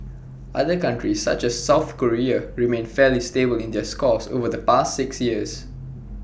other countries such as south Korea remained fairly stable in their scores over the past six years